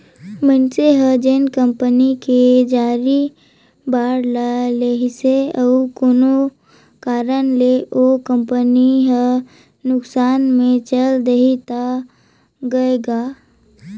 मइनसे हर जेन कंपनी के जारी बांड ल लेहिसे अउ कोनो कारन ले ओ कंपनी हर नुकसान मे चल देहि त गय गा